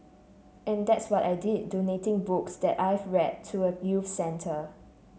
and that's what I did donating books that I've read to a youth centre